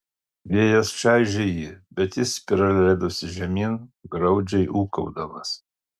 vėjas čaižė jį bet jis spirale leidosi žemyn graudžiai ūkaudamas